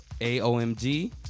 AOMG